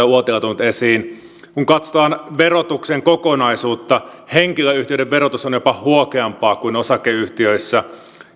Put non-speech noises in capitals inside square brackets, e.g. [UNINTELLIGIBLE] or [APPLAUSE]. [UNINTELLIGIBLE] uotila tuonut esiin kun katsotaan verotuksen kokonaisuutta henkilöyhtiöiden verotus on jopa huokeampaa kuin osakeyhtiöissä